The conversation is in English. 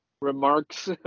remarks